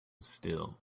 still